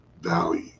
value